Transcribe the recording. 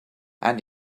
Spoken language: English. and